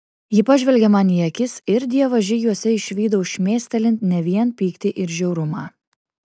ji pažvelgė man į akis ir dievaži jose išvydau šmėstelint ne vien pyktį ir žiaurumą